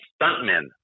Stuntmen